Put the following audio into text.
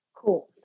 Cool